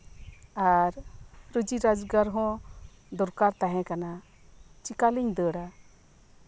ᱟᱨ ᱨᱩᱡᱤ ᱨᱳᱡᱽᱜᱟᱨ ᱦᱚᱸ ᱫᱚᱨᱠᱟᱨ ᱛᱟᱸᱦᱮ ᱠᱟᱱᱟ ᱪᱤᱠᱟᱞᱤᱧ ᱫᱟᱹᱲᱟ